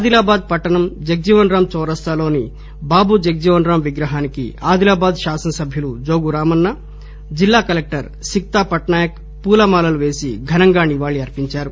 ఆదిలాబాద్ పట్టణం జగ్లీవన్ రాం చౌరస్తాలో బాబు జగ్లీవన్ రాం విగ్రహానికి ఆదిలాబాద్ శాసనసభ్యులు జొగురామన్న జిల్లాకలెక్టర్ సిక్తా పట్సాయక్ పూలమాలలు పేసి ఘనంగా నివాళి అర్పించారు